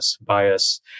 bias